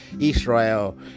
Israel